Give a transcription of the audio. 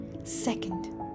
Second